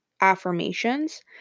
affirmations